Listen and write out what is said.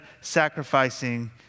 sacrificing